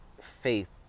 faith